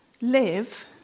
live